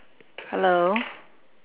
hello